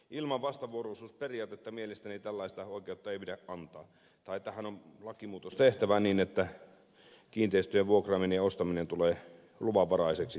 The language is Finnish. ilman vastavuoroisuusperiaatetta mielestäni tällaista oikeutta ei pidä antaa tai tähän on lakimuutos tehtävä niin että kiinteistöjen vuokraaminen ja ostaminen tulee luvanvaraiseksi tässä tapauksessa